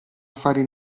affari